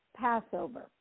Passover